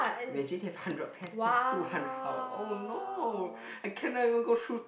we actually gave hundred pairs just two hour oh no I cannot even go through